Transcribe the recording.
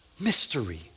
mystery